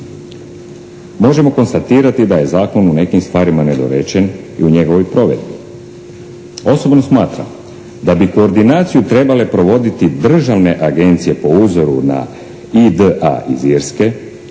Možemo konstatirati da je Zakon u nekim stvarima nedorečen i u njegovoj provedbi. Osobno smatram da bi koordinaciju trebale provoditi državne agencije po uzoru na IDA iz Irske,